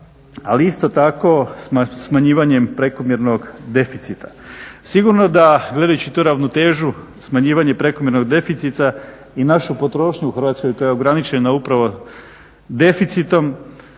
ali isto tako smanjivanjem prekomjernog deficita. Sigurno da gledajući tu ravnotežu smanjivanje prekomjernog deficita i našu potrošnju u Hrvatskoj koja je ograničena upravo deficitom